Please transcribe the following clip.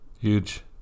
Huge